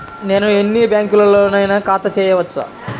నేను ఎన్ని బ్యాంకులలోనైనా ఖాతా చేయవచ్చా?